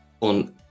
on